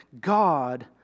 God